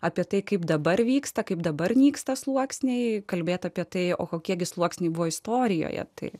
apie tai kaip dabar vyksta kaip dabar nyksta sluoksniai kalbėti apie tai o kokie gi sluoksnį buvo istorijoje tai